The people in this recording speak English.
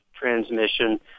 transmission